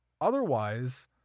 Otherwise